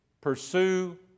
Pursue